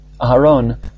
Aharon